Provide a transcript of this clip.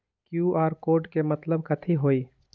QR code के मतलब कथी होई?